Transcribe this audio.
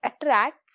attracts